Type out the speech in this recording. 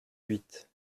huit